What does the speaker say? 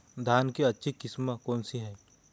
धान की अच्छी किस्म कौन सी है?